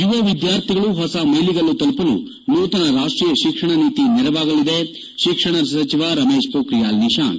ಯುವ ವಿದ್ಗಾರ್ಥಿಗಳು ಹೊಸ ಮ್ಸೆಲುಗಲ್ಲು ತಲುಪಲು ನೂತನ ರಾಷ್ಟೀಯ ಶಿಕ್ಷಣ ನೀತಿ ನೆರವಾಗಲಿದೆ ಶಿಕ್ಷಣ ಸಚಿವ ರಮೇಶ್ ಮೋಕ್ರಿಯಾಲ್ ನಿಶಾಂಕ್